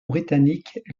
britannique